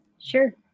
Sure